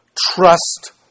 trust